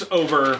over